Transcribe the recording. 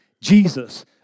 Jesus